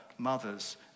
mothers